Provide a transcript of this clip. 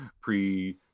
pre